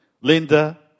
Linda